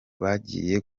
bagiye